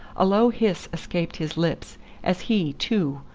a low hiss escaped his lips as he, too,